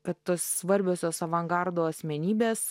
kad tos svarbiosios avangardo asmenybės